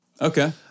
Okay